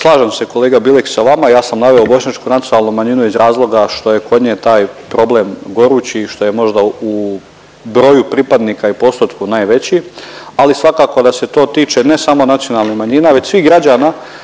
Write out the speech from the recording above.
Slažem se kolega Bilek s vama, ja sam naveo bošnjačku nacionalnu manjinu iz razloga što je kod nje taj problem gorući, što je možda u broju pripadnika i postotku najveći, ali svakako da se to tiče ne samo nacionalnih manjina nego svih građana